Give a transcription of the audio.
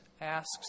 asks